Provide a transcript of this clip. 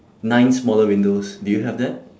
nine smaller windows do you have that